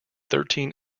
thirteen